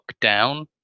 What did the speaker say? lockdown